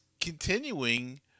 continuing